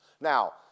Now